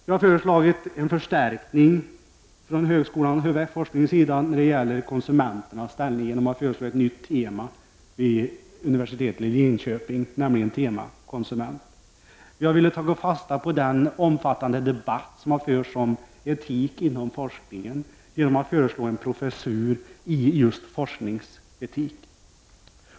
Vi har beträffande den högre forskningen föreslagit en förstärkning när det gäller konsumenternas ställning, nämligen ett nytt tema vid universitetet i Linköping — tema konsument. Vi har velat ta fasta på den omfattande de batt som har förts om etik inom forskningen. Därför har vi föreslagit en professur i just forskningsetik.